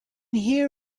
hear